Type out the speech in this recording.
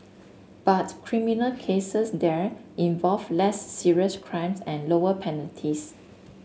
but criminal cases there involve less serious crimes and lower penalties